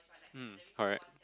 mm correct